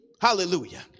Hallelujah